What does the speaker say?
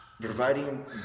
Providing